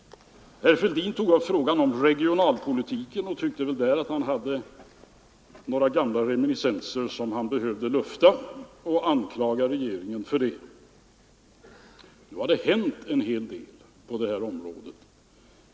Herr Fälldin tog vidare upp frågan om regionalpolitiken och tyckte väl att han där hade några gamla reminiscenser som han behövde lufta och anklaga regeringen för. Nu har det hänt ganska mycket på det här området.